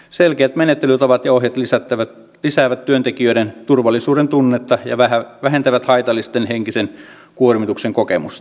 selkeät menettelytavat ja ohjeet lisäävät työntekijöiden turvallisuudentunnetta ja vähentävät haitallisen henkisen kuormituksen kokemusta